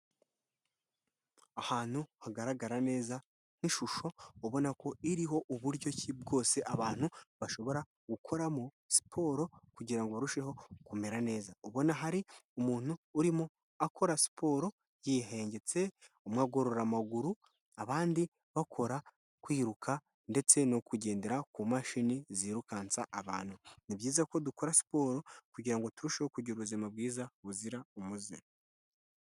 Ahantu hagaragara neza nk'ishusho ubona ko iriho uburyo ki bwose abantu bashobora gukoramo siporo kugira ngo barusheho kumera neza, ubona hari umuntu urimo akora siporo yihengetse umwe agorora amaguru, abandi bakora kwiruka ndetse no kugendera ku mashini zirukansa abantu, ni byiza ko dukora siporo kugira ngo turusheho kugira ubuzima bwiza buzira umuze.